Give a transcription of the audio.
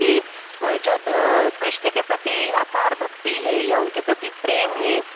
की जो कृष्ण के प्रति अपार भक्ति है या उनके प्रति प्रेम है